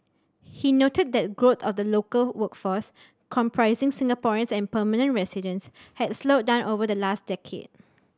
he noted that growth of the local workforce comprising Singaporeans and permanent residents had slowed down over the last decade